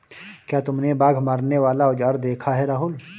क्या तुमने बाघ मारने वाला औजार देखा है राहुल?